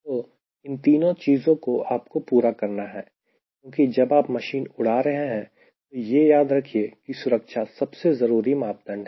तो इन तीनों चीजों को आपको पूरा करना है क्योंकि जब आप मशीन उड़ा रहे हैं तो यह याद रखिए की सुरक्षा सबसे जरूरी मापदंड है